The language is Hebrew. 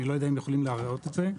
אני לא יודע אם יכולים להראות את זה,